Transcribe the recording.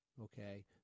okay